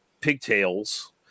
pigtails